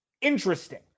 Interesting